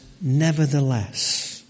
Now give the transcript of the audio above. nevertheless